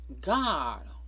God